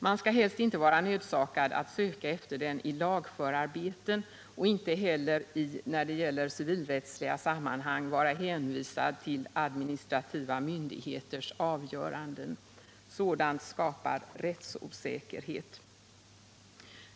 Man skall helst inte vara nödsakad att söka efter dem i lagförarbeten och inte heller när det gäller civilrättsliga sammanhang vara hänvisad till administrativa myndigheters avgöranden. Sådant skapar rättsosäkerhet.